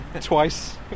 twice